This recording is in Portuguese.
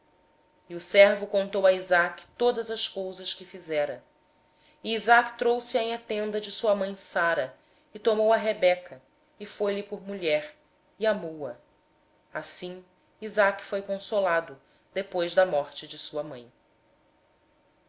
depois o servo contou a isaque tudo o que fizera isaque pois trouxe rebeca para a tenda de sara sua mãe tomou-a e ela lhe foi por mulher e ele a amou assim isaque foi consolado depois da morte de sua mãe